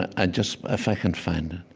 and i just if i can find